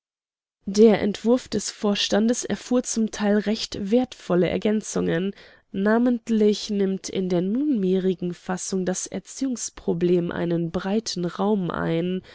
der entwurf des vorstandes erfuhr zum teil recht wertvolle ergänzungen namentlich nimmt in der nunmehrigen fassung das erziehungsproblem einen breiten raum ein